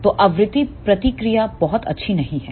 तो आवृत्ति प्रतिक्रिया बहुत अच्छी नहीं है